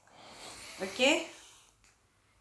okay